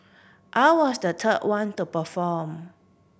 I was the third one to perform